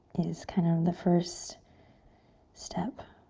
is kind of the first step